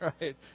right